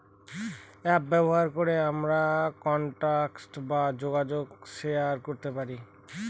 app ব্যবহার করে আমরা কন্টাক্ট বা যোগাযোগ শেয়ার করতে পারি